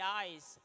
eyes